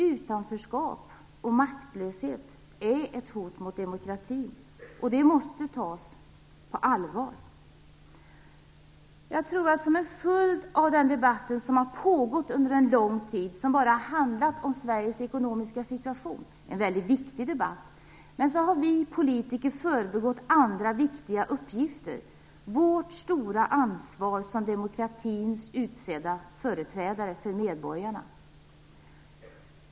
Utanförskap och maktlöshet är ett hot mot demokratin som måste tas på allvar. Som en följd av den väldigt viktiga debatt som har pågått under en lång tid och som har handlat bara om Sveriges ekonomiska situation tror jag att vi politiker har förbigått andra viktiga uppgifter - vårt stora ansvar som demokratins utsedda företrädare för medborgarna.